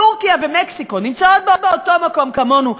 טורקיה ומקסיקו נמצאות באותו מקום כמונו.